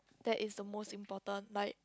that is the most important like